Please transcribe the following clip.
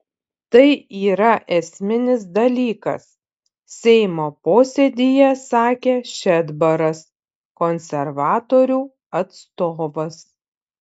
tai yra esminis dalykas seimo posėdyje sakė šedbaras konservatorių atstovas